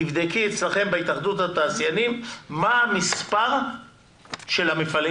תבדקי אצלכם בהתאחדות התעשיינים מה המספר של המפעלים